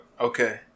Okay